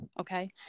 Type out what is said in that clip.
Okay